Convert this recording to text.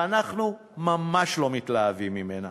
ואנחנו ממש לא מתלהבים ממנה.